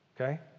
okay